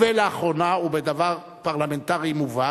ולאחרונה, ובדבר פרלמנטרי מובהק,